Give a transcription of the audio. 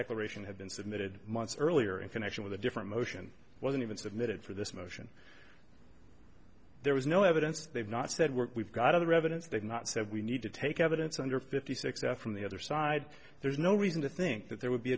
declaration had been submitted months earlier in connection with a different motion wasn't even submitted for this motion there was no evidence they've not said we're we've got other evidence they've not said we need to take evidence under fifty six out from the other side there's no reason to think that there would be